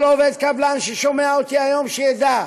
כל עובד קבלן ששומע אותי היום, שידע: